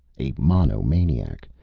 a monomaniac,